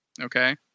Okay